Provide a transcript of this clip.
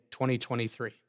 2023